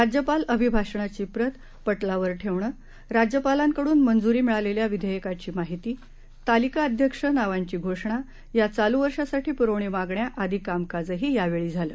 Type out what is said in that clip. राज्यपाल अभिभाषणाची प्रत पटलावर ठेवणे राज्यपालांकडून मंजूरी मिळालेल्या विधेयकाची माहिती तालिका अध्यक्ष नावांची घोषणा या चालू वर्षासाठी पूरवणी मागण्या आदी कामकाजही यावेळी झालं